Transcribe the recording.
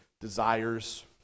desires